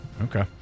Okay